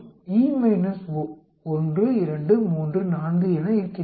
1 2 3 4 என இருக்கின்றன